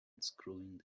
unscrewing